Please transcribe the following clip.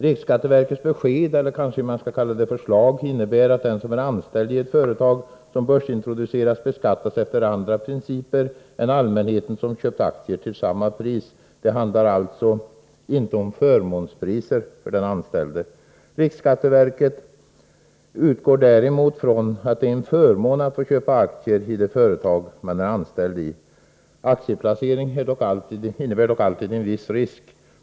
Riksskatteverkets besked, eller förslag, innebär att den som är anställd i ett företag som börsintroduceras beskattas efter andra principer än allmänheten som köpt aktier till samma pris. Det handlar alltså inte om förmånspriser för den anställde. Riksskatteverket däremot utgår från att det är en förmån att få köpa aktier i det företag som man är anställd i. Aktieplacering innebär dock alltid en viss risk.